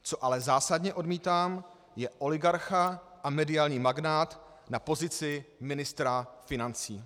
Co ale zásadně odmítám, je oligarcha a mediální magnát na pozici ministra financí.